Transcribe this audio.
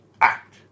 act